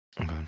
Okay